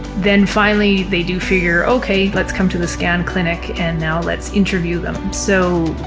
then finally they do figure okay, let's come to the scan clinic and now let's interview them. so,